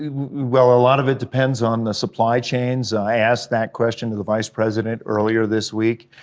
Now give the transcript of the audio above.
well, a lot of it depends on the supply chains. i asked that question to the vice-president earlier this week,